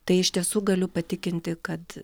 tai iš tiesų galiu patikinti kad